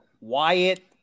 Wyatt